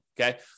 okay